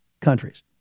countries